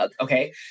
Okay